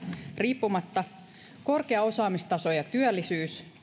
riippumatta korkea osaamistaso ja työllisyys